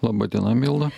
laba diena milda